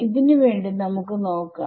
ന് വേണ്ടി നമുക്ക് നോക്കാം